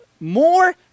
more